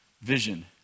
vision